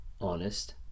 honest